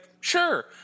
sure